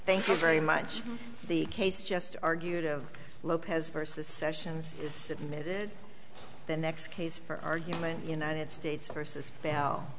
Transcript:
thank you very much the case just argued of lopez versus sessions is submitted the next case for argument united states versus bell